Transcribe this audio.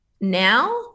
now